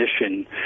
mission